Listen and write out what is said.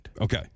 okay